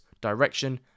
direction